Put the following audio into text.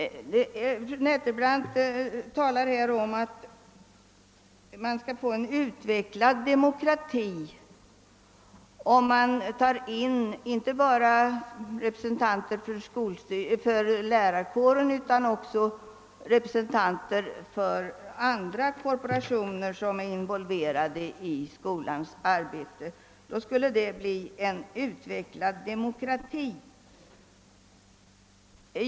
Fru Nettelbrandt talade om att man skulle åstadkomma en utvecklad demokrati genom att ta in inte bara representanter för lärarkåren utan också representanter för andra korporationer som är involverade i skolans arbete.